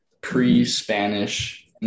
pre-spanish